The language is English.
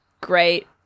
great